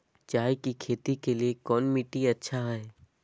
चाय की खेती के लिए कौन मिट्टी अच्छा हाय?